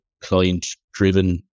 client-driven